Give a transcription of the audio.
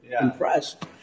impressed